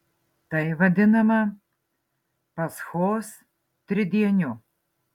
tai vadinama paschos tridieniu